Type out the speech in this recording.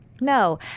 No